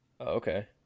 Okay